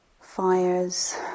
fires